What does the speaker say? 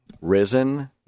Risen